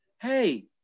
Hey